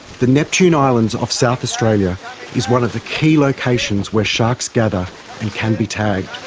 the neptune islands off south australia is one of the key locations where sharks gather and can be tagged.